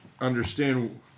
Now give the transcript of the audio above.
understand